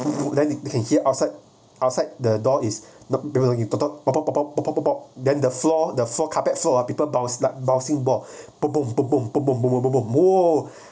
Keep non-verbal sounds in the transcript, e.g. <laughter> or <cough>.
then you can hear outside outside the door is not <noise> then the floor the floor carpet floor ah people bounce like bouncing ball <noise> !whoa!